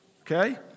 okay